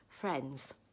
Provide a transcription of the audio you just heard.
friends